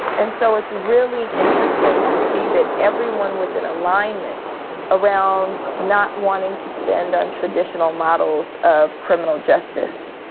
and so it's really interesting to see that everyone was in alignment around not wanting to spend on traditional models of criminal justice.